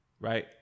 right